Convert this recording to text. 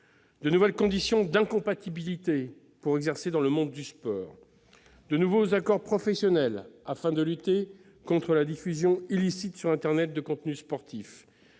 de nouvelles conditions d'incompatibilité pour exercer dans le monde du sport. Elle permet aussi de nouveaux accords professionnels, afin de lutter contre la diffusion illicite sur internet de contenus sportifs.